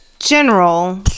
General